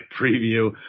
preview